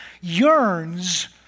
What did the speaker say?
yearns